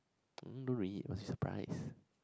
don't read must be surprised